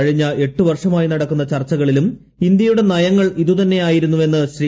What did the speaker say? കഴിഞ്ഞ എട്ട് വ്ർഷ്മായി നടക്കുന്ന ചർച്ചകളിലും ഇന്ത്യയുടെ നയങ്ങൾ ഇതിന്ത്നെയായിരുന്നുവെന്ന് ശ്രീ